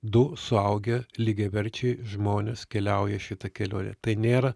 du suaugę lygiaverčiai žmonės keliauja šitą kelionę tai nėra